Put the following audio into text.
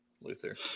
Luther